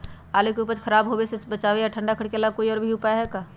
आलू के उपज के खराब होवे से बचाबे ठंडा घर के अलावा कोई और भी उपाय है का?